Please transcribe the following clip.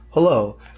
Hello